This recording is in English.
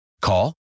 Call